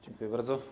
Dziękuję bardzo.